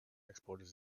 exporters